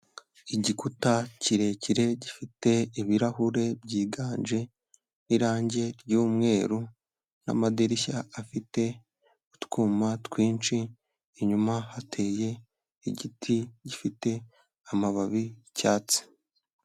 Igikuta kirekire gifite ibirahure byiganje n'irange ry'umweru n'amadirishya afite utwuma twinshi, inyuma hateye igiti gifite amababi y'icyatsi.